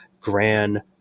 gran